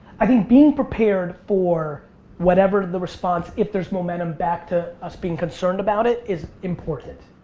i think being prepared for whatever the response if there's momentum back to us being concerned about it is important.